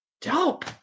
dope